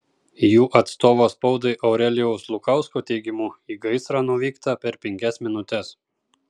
jų atstovo spaudai aurelijaus lukausko teigimu į gaisrą nuvykta per penkias minutes